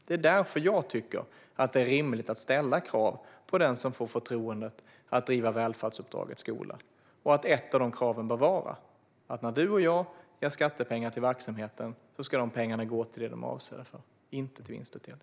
Det är därför som jag tycker att det är rimligt att ställa krav på den som får förtroendet att driva välfärdsuppdraget skola och att ett av kraven bör vara att när du och jag ger skattepengar till verksamheten ska pengarna gå till det som de är avsedda för, inte till vinstutdelning.